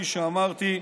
כפי שאמרתי,